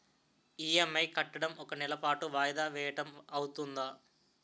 EMI కట్టడం ఒక నెల పాటు వాయిదా వేయటం అవ్తుందా?